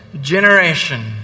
generation